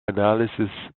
analysis